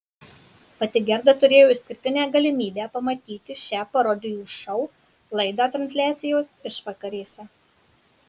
pati gerda turėjo išskirtinę galimybę pamatyti šią parodijų šou laidą transliacijos išvakarėse